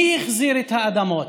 מי החזיר את האדמות,